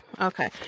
okay